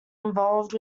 involved